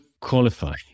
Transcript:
qualify